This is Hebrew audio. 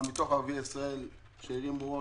אבל מתוך ערביי ישראל שהרימו ראש,